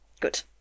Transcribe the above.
Good